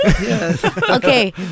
Okay